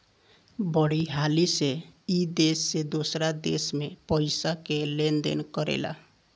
बड़ी हाली से ई देश से दोसरा देश मे पइसा के लेन देन करेला